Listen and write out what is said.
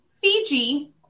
Fiji